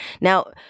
Now